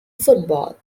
football